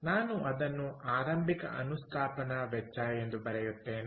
ನಾನು ಅದನ್ನು ಆರಂಭಿಕ ಅನುಸ್ಥಾಪನಾ ವೆಚ್ಚ ಎಂದು ಬರೆಯುತ್ತೇನೆ